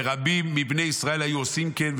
ורבים מבני ישראל אשר היו עושים כן,